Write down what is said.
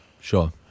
Sure